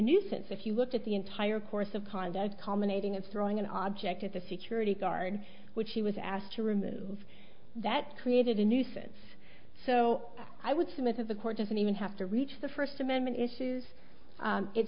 nuisance if you look at the entire course of conduct common aiding and throwing an object at the security guard which he was asked to remove that created a nuisance so i would submit to the court doesn't even have to reach the first amendment issues